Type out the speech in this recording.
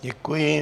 Děkuji.